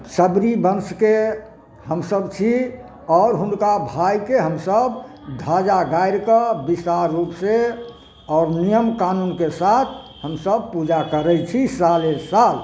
सबरी वंशके हमसभ छी आओर हुनका भाइके हमसभ ध्वजा गाड़िके विशाल रूप से आओर नियम कानूनके साथ हमसभ पूजा करै छी साले साल